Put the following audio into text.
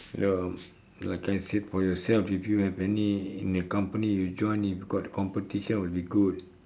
yup like I said for yourself if you have any in the company you join if got competition would be good